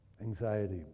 anxiety